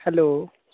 hello